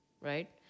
right